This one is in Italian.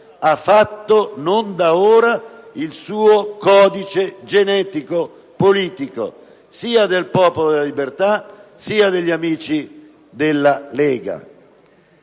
ha fatto, e non da ora, il suo codice genetico politico, sia del Popolo della Libertà sia degli amici della Lega.